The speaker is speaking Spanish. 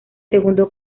segundo